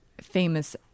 famous